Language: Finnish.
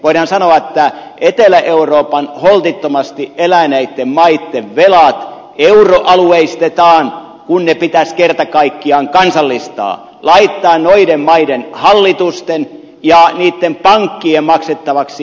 voidaan sanoa että etelä euroopan holtittomasti eläneitten maitten velat euroalueistetaan kun ne pitäisi kerta kaikkiaan kansallistaa laittaa noiden maiden hallitusten ja niitten pankkien maksettavaksi